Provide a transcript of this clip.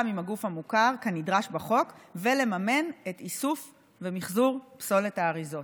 עם הגוף המוכר כנדרש בחוק ולממן את איסוף ומחזור פסולת האריזות.